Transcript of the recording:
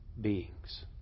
beings